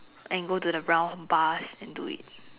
and go to the brow bars and do it